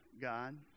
God